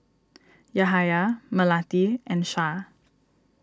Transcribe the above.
Yahaya Melati and Shah